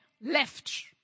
left